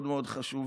היא מאוד מאוד חשובה.